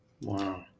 Wow